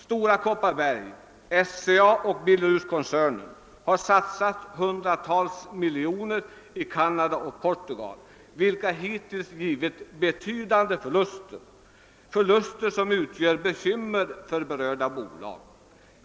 Stora Kopparbergs bergslags AB, SCA och Billerudskoncernen har satsat hundratals miljoner kronor i Canada och Portugal, vilket hittills givit betydande förluster — förluster som självfallet utgör bekymmer för berörda bolag.